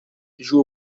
joue